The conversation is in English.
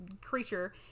creature